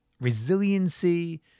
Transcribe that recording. resiliency